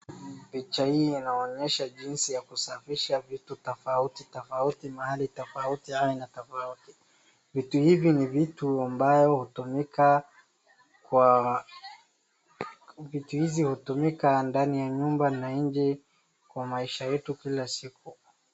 Picha hii inaonyesha jinsi ya kusafisha vitu tofauti tofauti mahali tofauti aina tofauti. Vitu hivyo ni vitu ambavyo hutumika kwa, vitu hizi hutumika ndani ya nyumba na nje kwa maisha yetu kila siku.